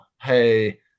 hey